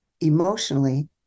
emotionally